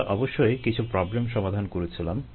আমরা অবশ্যই কিছু প্রবলেম সমাধান করেছিলাম